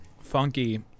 funky